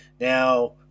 Now